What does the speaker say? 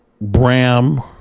bram